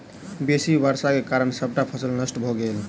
बेसी वर्षाक कारणें सबटा फसिल नष्ट भ गेल